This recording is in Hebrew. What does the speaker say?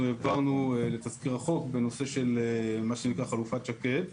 העברנו לתסקיר החוק בנושא של מה שנקרא חלופת שקד.